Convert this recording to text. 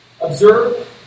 Observe